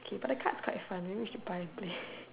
okay but the card is quite fun maybe we should buy and play